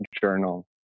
journal